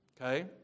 okay